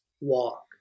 walk